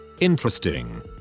Interesting